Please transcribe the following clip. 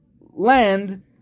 land